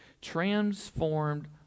transformed